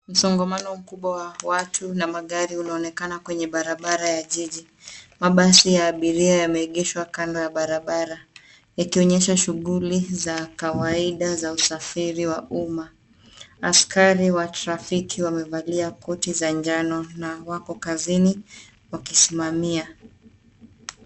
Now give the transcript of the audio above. Msongamano mkubwa wa watu na magari unaonekana kwenye barabara ya jiji. Mabasi ya abiria yameegeshwa kando ya barabara, ikionyesha shuguli za kawaida za usafiri wa umma. Askari wa trafiki wamevalia koti za njano na wako kazini wakisimamia.